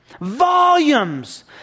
volumes